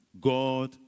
God